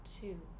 two